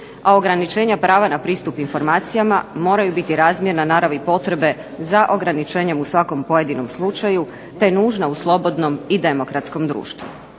a ograničenja prava na pristup informacijama moraju biti razmjerna naravi potrebe za ograničenjem u svakom pojedinom slučaju te nužna u slobodnom i demokratskom društvu.